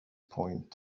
point